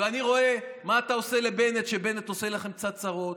ואני רואה מה אתה עושה לבנט כשבנט עושה לכם קצת צרות.